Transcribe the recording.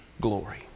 glory